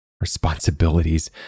Responsibilities